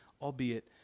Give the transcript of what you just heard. albeit